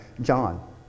John